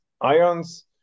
ions